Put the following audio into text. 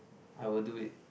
I will do it